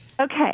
Okay